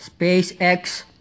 SpaceX